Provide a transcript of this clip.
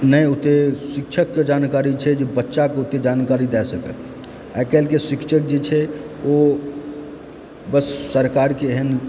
नहि ओतए शिक्षकके जानकारी छै जे बच्चाकेँ ओतए जानकारी दय सकै आइकाल्हिके शिक्षक जे छै ओ बस सरकारके एहन